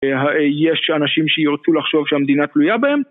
יש אנשים שירצו לחשוב שהמדינה תלויה בהם?